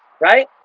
Right